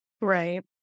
Right